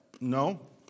No